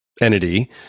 entity